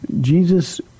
Jesus